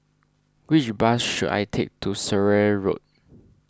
which bus should I take to Surrey Road